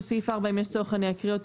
שסעיף 4 אם יש צורך אני אקריא אותו